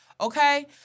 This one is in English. Okay